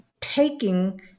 taking